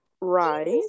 Right